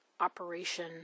operation